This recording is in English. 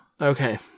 Okay